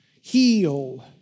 heal